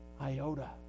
iota